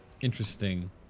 Interesting